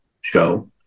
show